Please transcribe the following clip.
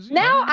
now